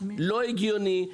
לא הגיוני,